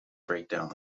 breakdown